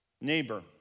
neighbor